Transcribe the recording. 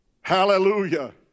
Hallelujah